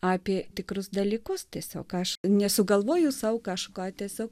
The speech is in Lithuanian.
apie tikrus dalykus tiesiog aš nesugalvoju sau kažką tiesiog